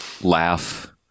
laugh